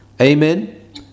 Amen